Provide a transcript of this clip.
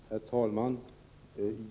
Herr talman!